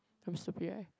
I'm stupid right